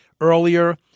earlier